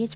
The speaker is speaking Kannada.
ಎಚ್